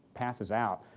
passes out.